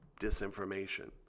disinformation